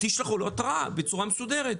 תשלחו לו התראה בצורה מסודרת.